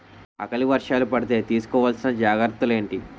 ఆకలి వర్షాలు పడితే తీస్కో వలసిన జాగ్రత్తలు ఏంటి?